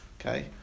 Okay